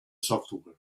software